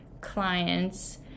clients